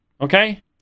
Okay